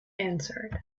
answered